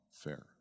fair